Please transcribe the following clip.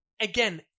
Again